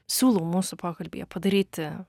siūlau mūsų pokalbyje padaryti